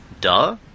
Duh